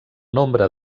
nombre